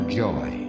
joy